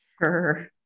Sure